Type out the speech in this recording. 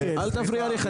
תפריע לי.